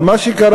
אבל מה שקרה,